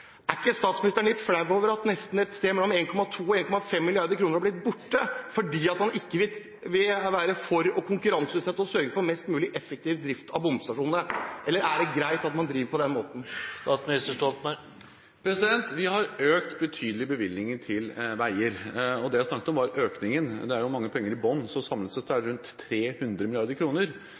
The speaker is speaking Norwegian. Er ikke statsministeren litt flau over at mellom 1,2 og 1,5 mrd. kr har blitt borte fordi man ikke vil være for å konkurranseutsette og sørge for mest mulig effektiv drift av bomstasjonene? Eller er det greit at man driver på den måten? Vi har økt betydelig bevilgningene til veier. Det jeg snakket om, var økningen. Det er jo mange penger i bånn, så samlet sett bruker vi rundt 300